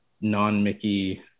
non-Mickey